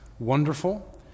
wonderful